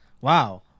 Wow